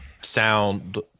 sound